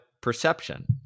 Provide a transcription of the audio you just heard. perception